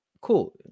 Cool